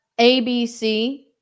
ABC